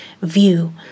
view